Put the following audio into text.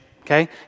Okay